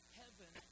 heaven